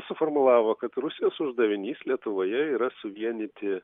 suformulavo kad rusijos uždavinys lietuvoje yra suvienyti